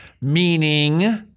meaning